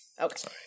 okay